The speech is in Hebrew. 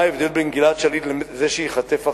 מה ההבדל בין גלעד שליט לזה שייחטף אחריו,